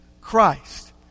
Christ